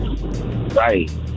Right